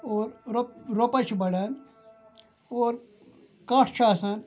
اور رۄپ رۄپَے چھِ بَڑان اور کَٹھ چھُ آسان